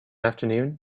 afternoon